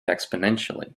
exponentially